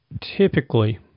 typically